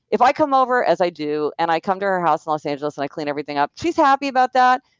if i come over, as i do, and i come to her house in los angeles and i clean everything up, she's happy about that.